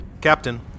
Captain